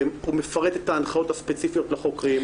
הוא מפרט את ההנחיות הספציפיות לחוקרים,